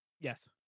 Yes